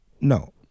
No